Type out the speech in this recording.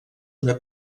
una